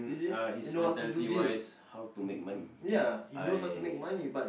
mm uh his mentality wise how to make money ya I yes